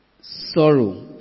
Sorrow